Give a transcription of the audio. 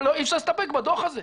אבל אי אפשר להסתפק בדוח הזה.